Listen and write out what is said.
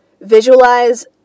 Visualize